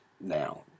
now